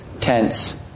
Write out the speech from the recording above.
tense